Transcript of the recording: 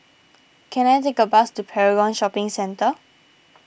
can I take a bus to Paragon Shopping Centre